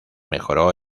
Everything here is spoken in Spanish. mejoró